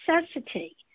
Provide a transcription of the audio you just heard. necessity